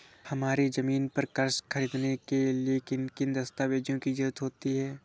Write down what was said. हमारी ज़मीन पर कर्ज ख़रीदने के लिए किन किन दस्तावेजों की जरूरत होती है?